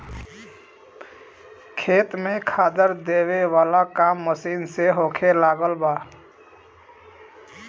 खेत में खादर देबे वाला काम मशीन से होखे लागल बा